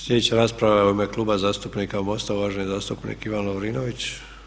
Slijedeća rasprava je u ime Kluba zastupnika MOST-a uvaženi zastupnik Ivan Lovrinović.